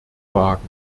wagen